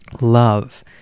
love